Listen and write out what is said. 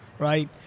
right